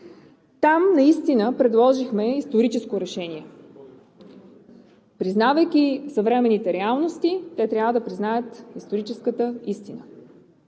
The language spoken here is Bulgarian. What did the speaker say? Там наистина предложихме историческо решение. Признавайки съвременните реалности, те трябва да признаят историческата истина.